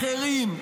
אחרים.